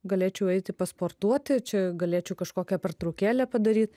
galėčiau eiti pasportuoti čia galėčiau kažkokią pertraukėlę padaryt